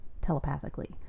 telepathically